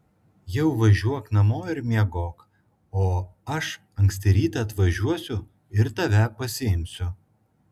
jau važiuok namo ir miegok o aš anksti rytą atvažiuosiu ir tave pasiimsiu